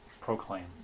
proclaim